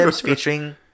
featuring